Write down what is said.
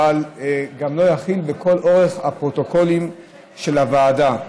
לא יכיל גם בכל אורך הפרוטוקולים של הוועדה,